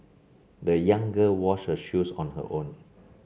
the young girl washed her shoes on her own